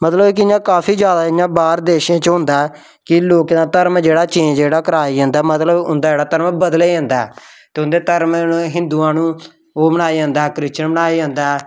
मतलब कि इ'यां काफी जैदा इ'यां बाह्र देशें च होंदा ऐ कि लोकें दा धरम जेह्ड़ा चेंज जेह्ड़ा कराया जंदा ऐ मतलब उं'दा जेह्ड़ा धरम ऐ बदलेआ जंदा ऐ ते उंदे धर्म न हिंदुआं नूं ओह् बनाया जंदा ऐ क्रिश्चियन बनाया जंदा ऐ